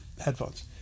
headphones